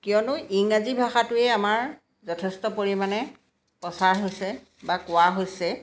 কিয়নো ইংৰাজী ভাষাটোৱেই আমাৰ যথেষ্ট পৰিমাণে প্ৰচাৰ হৈছে বা কোৱা হৈছে